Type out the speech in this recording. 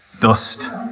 dust